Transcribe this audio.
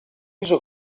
riso